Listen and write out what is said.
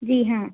G হা